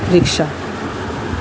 rickshaw